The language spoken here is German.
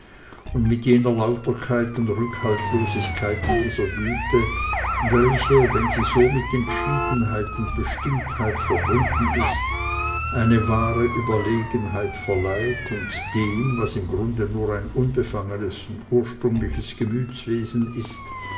und mit jener lauterkeit und rückhaltlosigkeit in dieser güte welche wenn sie so mit entschiedenheit und bestimmtheit verbunden ist eine wahre überlegenheit verleiht und dem was im grunde nur ein unbefangenes ursprüngliches gemütswesen ist